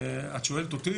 את שואלת אותי,